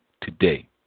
today